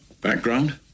Background